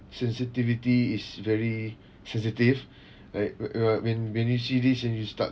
sensitivity is very sensitive right uh uh when when we see this and you start